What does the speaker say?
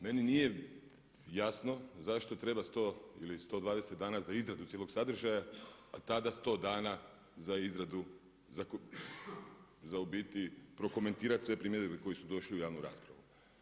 Meni nije jasno zašto treba 100 ili 120 dana za izradu cijelog sadržaja, a tada 100 dana za izradu, za u biti prokomentirat sve primjedbe koje su došle u javnu raspravu.